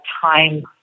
time